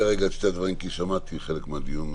את שני הדברים כי שמעתי חלק מן הדיון,